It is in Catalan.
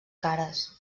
cares